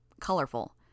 Colorful